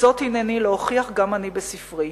וזאת הנני להוכיח גם אני בספרי,